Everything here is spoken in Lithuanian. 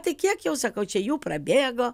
tai kiek jau sakau čia jų prabėgo